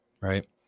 right